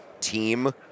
team